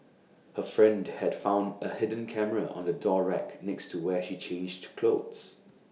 her friend had found A hidden camera on the door rack next to where she changed clothes